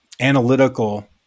analytical